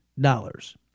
dollars